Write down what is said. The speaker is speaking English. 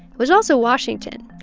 it was also washington.